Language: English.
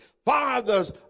fathers